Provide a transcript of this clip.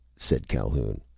said calhoun.